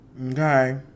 Okay